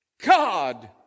God